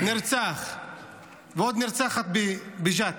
נרצח ועוד נרצחת בג'ת.